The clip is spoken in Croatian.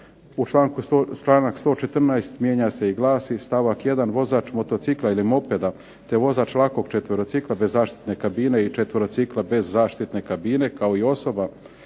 smjeru. Članak 114. mijenja se i glasi: Stavak 1. Vozač motocikla ili mopeda te vozač lakog četverocikla bez zaštitne kabine i četverocikla bez zaštitne kabine kao i osobe